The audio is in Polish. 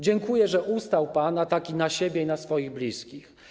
Dziękuję, że ustał pan ataki na siebie i na swoich bliskich.